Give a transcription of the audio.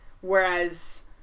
Whereas